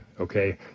okay